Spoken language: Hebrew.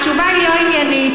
התשובה לא עניינית,